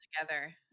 together